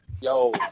Yo